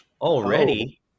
Already